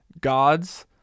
God's